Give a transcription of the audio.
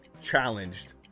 challenged